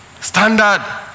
Standard